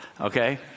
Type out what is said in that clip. Okay